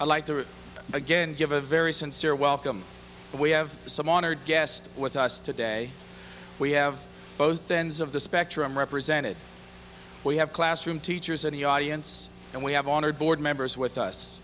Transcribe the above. alike to again give a very sincere welcome but we have some honored guest with us today we have both ends of the spectrum represented we have classroom teachers in the audience and we have honored board members with us